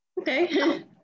okay